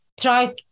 try